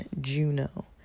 Juno